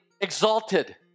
exalted